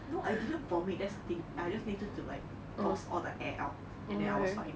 no I didn't vomit that's the thing I just needed to like force all the air out and then I was fine